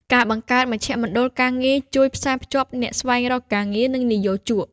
ការបង្កើតមជ្ឈមណ្ឌលការងារជួយផ្សារភ្ជាប់អ្នកស្វែងរកការងារ និងនិយោជក។